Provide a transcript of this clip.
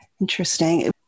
Interesting